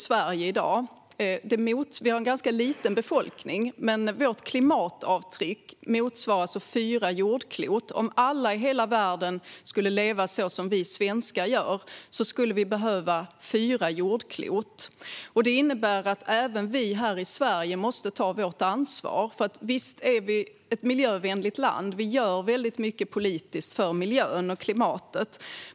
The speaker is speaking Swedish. Sverige har en ganska liten befolkning, men vårt klimatavtryck motsvarar fyra jordklot. Om alla i hela världen skulle leva så som vi svenskar gör skulle vi behöva fyra jordklot. Det innebär att även vi här i Sverige måste ta vårt ansvar. Visst är vi ett miljövänligt land, och vi gör väldigt mycket politiskt för miljön och klimatet.